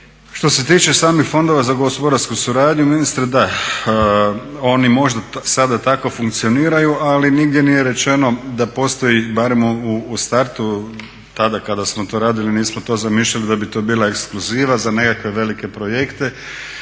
Što se tiče samih fondova za gospodarsku suradnju ministre, da, oni možda sada tako funkcioniraju ali nigdje nije rečeno da postoji, barem u startu tada kada smo to radili nismo to zamišljali da bi to bila ekskluziva za nekakve velike projekte